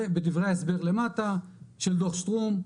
ובדברי ההסבר למטה של דו"ח שטרום,